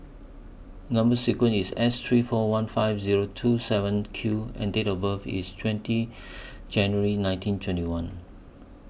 Number sequence IS S three four one five Zero two seven Q and Date of birth IS twenty January nineteen twenty one